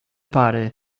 pary